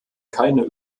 keine